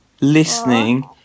listening